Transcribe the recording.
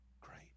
Great